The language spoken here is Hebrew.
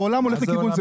העולם הולך לכיוון הזה.